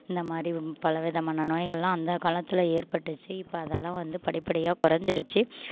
இந்தமாதிரி பல விதமான நோய்கள்லாம் அந்த காலத்தில் ஏற்பட்டுச்சு இப்போ அதெல்லாம் வந்து படிப்படியாக குறஞ்சிறுச்சி